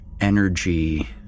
energy